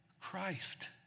Christ